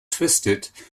twisted